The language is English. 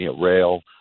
rail